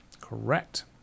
Correct